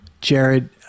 Jared